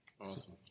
awesome